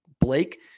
Blake